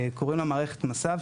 קוראים לה מערכת "מס"ב",